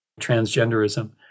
transgenderism